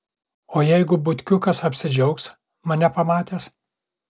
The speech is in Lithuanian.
o jeigu butkiukas apsidžiaugs mane pamatęs